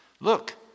Look